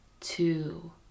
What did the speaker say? two